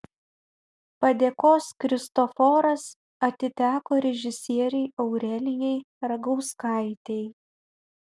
padėkos kristoforas atiteko režisierei aurelijai ragauskaitei